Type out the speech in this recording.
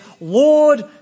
Lord